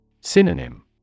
Synonym